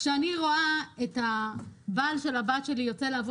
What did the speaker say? איך בלי זה אנחנו יכולים לנתח?